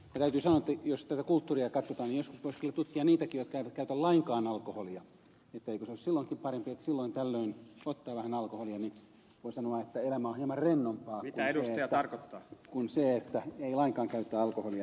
ja täytyy sanoa että jos tätä kulttuuria katsotaan niin joskus voisi kyllä tutkia niitäkin jotka eivät käytä lainkaan alkoholia eikö olisi silloinkin parempi että silloin tällöin ottaa vähän alkoholia niin voi sanoa että elämä on hieman rennompaa kuin jos ei lainkaan käytä alkoholia